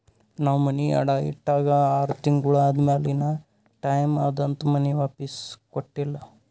ನಾವ್ ಮನಿ ಅಡಾ ಇಟ್ಟಾಗ ಆರ್ ತಿಂಗುಳ ಆದಮ್ಯಾಲ ಇನಾ ಟೈಮ್ ಅದಂತ್ ಮನಿ ವಾಪಿಸ್ ಕೊಟ್ಟಿಲ್ಲ